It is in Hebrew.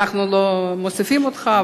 אנחנו לא מוסיפים אותך,